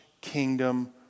kingdom